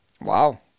Wow